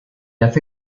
hace